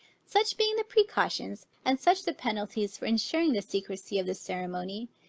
such being the precautions, and such the penalties for insuring the secrecy of this ceremony,